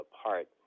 apart